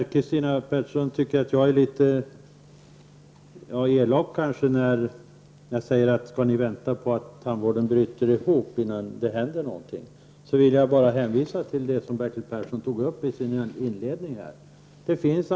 Christina Pettersson tyckte tydligen att jag var litet elak när jag frågade om socialdemokraterna skulle vänta till dess tandvården bryter ihop innan de gör någonting. Jag vill här bara hänvisa till vad Bertil Persson sade i sitt inledande anförande.